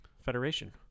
Federation